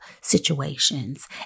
situations